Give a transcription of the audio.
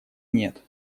нет